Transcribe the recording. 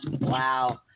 Wow